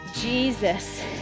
Jesus